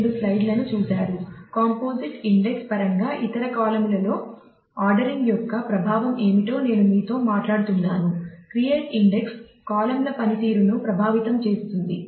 rule 4 composite index column ల పనితీరును ప్రభావితం చేస్తుంది